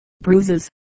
Bruises